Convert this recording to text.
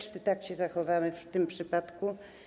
Czy tak się zachowamy w tym przypadku?